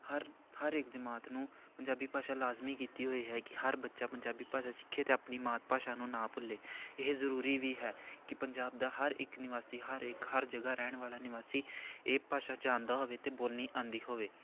ਹਰ ਹਰ ਇੱਕ ਜਮਾਤ ਨੂੰ ਪੰਜਾਬੀ ਭਾਸ਼ਾ ਲਾਜ਼ਮੀ ਕੀਤੀ ਹੋਈ ਹੈ ਕਿ ਹਰ ਬੱਚਾ ਪੰਜਾਬੀ ਭਾਸ਼ਾ ਸਿੱਖੇ ਅਤੇ ਆਪਣੀ ਮਾਤ ਭਾਸ਼ਾ ਨੂੰ ਨਾ ਭੁੱਲੇ ਇਹ ਜ਼ਰੂਰੀ ਵੀ ਹੈ ਕਿ ਪੰਜਾਬ ਦਾ ਹਰ ਇੱਕ ਨਿਵਾਸੀ ਹਰ ਇੱਕ ਹਰ ਜਗ੍ਹਾ ਰਹਿਣ ਵਾਲਾ ਨਿਵਾਸੀ ਇਹ ਭਾਸ਼ਾ ਜਾਣਦਾ ਹੋਵੇ ਅਤੇ ਬੋਲਣੀ ਆਉਂਦੀ ਹੋਵੇ